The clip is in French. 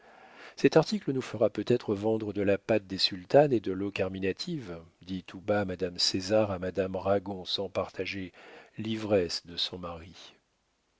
cet article nous fera peut-être vendre de la pâte des sultanes et de l'eau carminative dit tout bas madame césar à madame ragon sans partager l'ivresse de son mari